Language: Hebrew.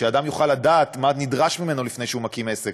שאדם יוכל לדעת מה נדרש ממנו לפני שהוא מקים עסק,